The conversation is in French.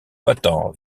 battant